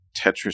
tetris